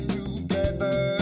together